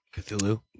Cthulhu